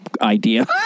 idea